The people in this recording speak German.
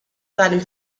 seinem